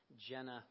Jenna